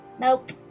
Nope